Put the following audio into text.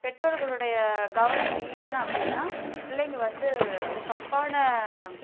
பெற்றோர்களுடைய கவனம் இல்லைனா அப்படின்னா பிள்ளைங்கள் வந்து தப்பான